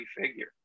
figure